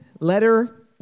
Letter